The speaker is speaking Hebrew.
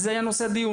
כי זה היה נושא הדיון.